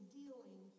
dealing